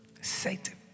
Satan